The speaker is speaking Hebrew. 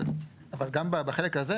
אבל גם בחלק הזה,